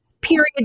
Period